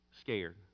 scared